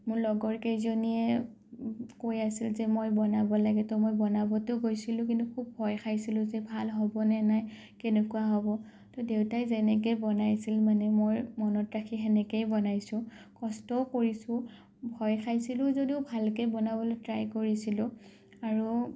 মোৰ লগৰ কেইজনীয়ে কৈ আছিল যে মই বনাব লাগে তো মই বনাবতো গৈছিলোঁ কিন্তু খুব ভয় খাইছিলোঁ যে ভাল হ'বনে নাই কেনেকুৱা হ'ব তো দেউতাই যেনেকৈ বনাইছিল মানে মই মনত ৰাখি সেনেকৈয়ে বনাইছোঁ কষ্টও কৰিছোঁ ভয় খাইছিলোঁ যদিও ভালকৈ বনাবলৈ ট্ৰাই কৰিছিলোঁ আৰু